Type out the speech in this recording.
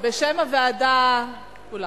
בשם הוועדה כולה.